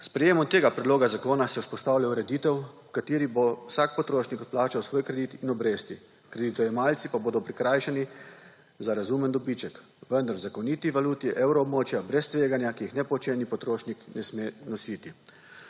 S sprejemom tega predloga zakona se vzpostavlja ureditev, v kateri bo vsak potrošnik odplačal svoj kredit in obresti, kreditojemalci pa bodo prikrajšani za razumen dobiček, vendar v zakoniti valuti evroobmočja brez tveganja, ki jih nepoučeni potrošnik ne sme nositi.